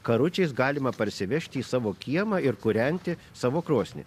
karučiais galima parsivežti į savo kiemą ir kūrenti savo krosnį